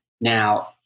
Now